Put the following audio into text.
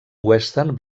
western